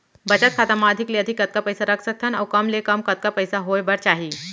बचत खाता मा अधिक ले अधिक कतका पइसा रख सकथन अऊ कम ले कम कतका पइसा होय बर चाही?